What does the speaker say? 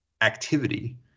activity